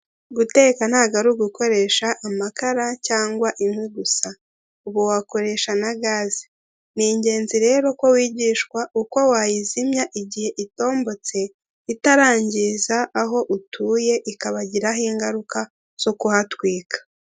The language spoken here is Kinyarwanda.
Guteka ntabwo ari ugukoresha amakara cyangwa inkwi gusa, ubu wakoresha na gaze ni ingenzi rero ko wigishwa uko wayizimya mu gihe itombotse, itarangiza aho utuye ikabagiraho ingaruka zo kuhatwika.